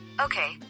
Okay